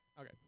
Okay